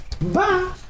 Bye